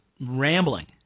rambling